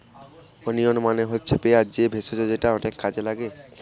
onion মানে হচ্ছে পেঁয়াজ যে ভেষজ যেটা অনেক কাজে লাগে